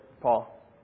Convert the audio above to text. Paul